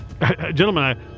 gentlemen